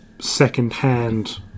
second-hand